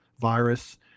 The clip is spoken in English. virus